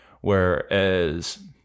Whereas